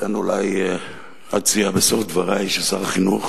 לכן אולי אציע בסוף דברי ששר החינוך